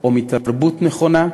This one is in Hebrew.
או מתרבות נכונה.